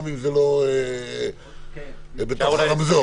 גם אם זה לא בתוך הרמזור.